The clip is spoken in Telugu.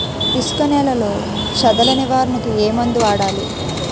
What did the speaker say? ఇసుక నేలలో చదల నివారణకు ఏ మందు వాడాలి?